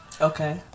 Okay